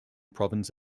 province